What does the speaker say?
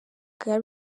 bwa